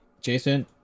jason